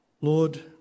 Lord